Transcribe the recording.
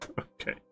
Okay